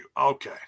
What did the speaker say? Okay